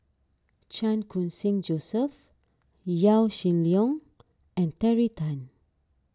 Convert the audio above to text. Chan Khun Sing Joseph Yaw Shin Leong and Terry Tan